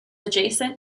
adjacent